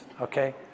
okay